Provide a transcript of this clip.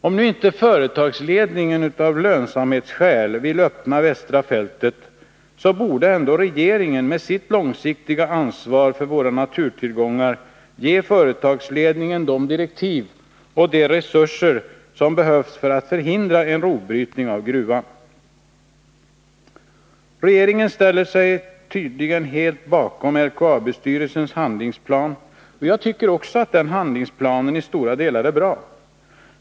Om nu inte företagsledningen av lönsamhetsskäl vill öppna västra fältet, borde ändå regeringen, med sitt långsiktiga ansvar för våra naturtillgångar, ge företagsledningen de direktiv och de resurser som behövs för att förhindra en rovbrytning i gruvan. Regeringen sluter tydligen helt upp bakom LKAB-styrelsens handlingsplan. Också jag tycker att den handlingsplanen i stora delar är bra.